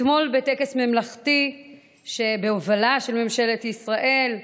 אתמול, בטקס ממלכתי בהובלה של ממשלת ישראל,